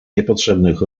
niepotrzebnych